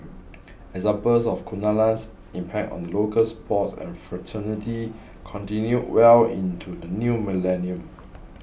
examples of Kunalan's impact on the local sports fraternity continued well into the new millennium